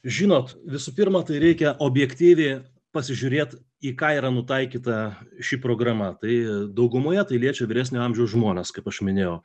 žinot visų pirma tai reikia objektyviai pasižiūrėt į ką yra nutaikyta ši programa tai daugumoje tai liečia vyresnio amžiaus žmones kaip aš minėjau